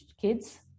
kids